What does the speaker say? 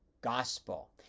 gospel